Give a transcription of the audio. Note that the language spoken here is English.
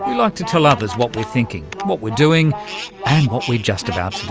like to tell others what we're thinking, what we're doing and what we're just about to do.